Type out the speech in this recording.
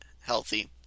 healthy